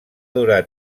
durar